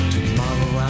Tomorrow